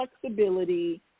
flexibility